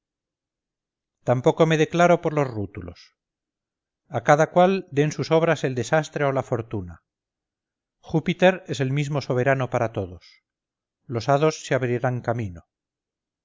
tampoco me declaro por los rútulos a cada cual den sus obras el desastre o la fortuna júpiter es el mismo soberano para todos los hados se abrirán camino